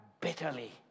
bitterly